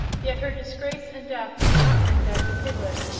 yet her disgrace and death would not bring back the piglet,